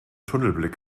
tunnelblick